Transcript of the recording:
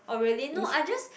oh really no I just